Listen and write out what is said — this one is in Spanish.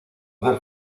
del